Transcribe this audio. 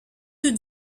tout